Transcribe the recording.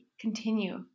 Continue